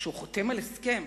כך עושה האדם הסביר תמיד,